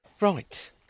Right